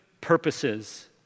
purposes